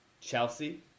Chelsea